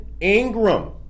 Ingram